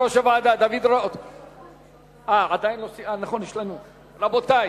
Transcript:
רבותי,